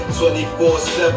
24-7